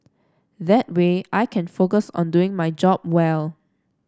that way I can focus on doing my job well